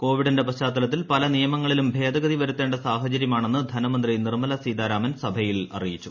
കോവിഡിന്റെ പശ്ചാത്തലത്തിൽ പല നിയമങ്ങളിലും ഭേദഗതി വരുത്തേണ്ട സാഹചരൃമാണെന്ന് ധനമന്ത്രി നിർമ്മല സീതാരാമൻ സഭയിൽ അറിയിച്ചു